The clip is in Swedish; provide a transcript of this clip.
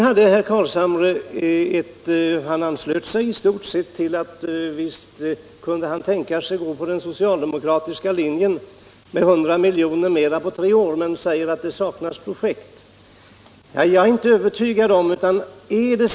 Herr Carlshamre sade vidare att han visst kunde tänka sig att följa den socialdemokratiska linjen, innebärande 100 miljoner mer på tre år, men säger att det saknas projekt för dess genomförande.